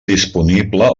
disponible